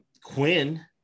Quinn